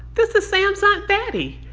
this is sam's aunt betty.